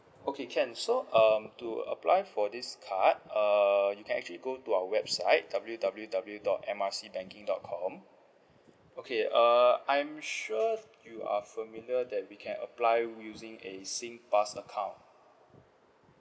okay can so um to apply for this card uh you can actually go to our website W W W dot M_R_C banking dot com okay uh I'm sure you are familiar that we can apply using a sing pass account